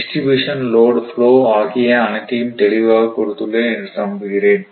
distribution load flow ஆகிய அனைத்தையும் தெளிவாக கொடுத்துள்ளேன் என்று நம்புகிறேன்